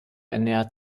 ernährt